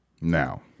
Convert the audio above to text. Now